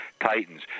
Titans